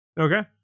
Okay